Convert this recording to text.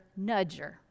nudger